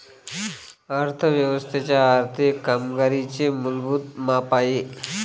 अर्थ व्यवस्थेच्या आर्थिक कामगिरीचे मूलभूत माप आहे